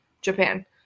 japan